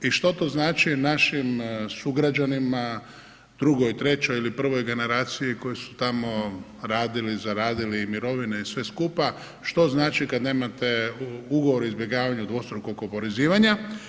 I što to znači našim sugrađanima, drugoj, trećoj ili prvoj generaciji koji su tamo radili, zaradili i mirovine i sve skupa, što znači kada nemate ugovor o izbjegavanju dvostrukog oporezivanja.